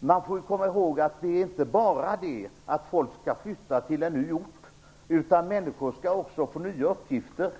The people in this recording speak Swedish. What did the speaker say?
Man får komma ihåg att det inte bara är det att folk skall flytta till en ny ort, utan människor skall också få nya uppgifter.